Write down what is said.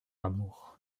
amour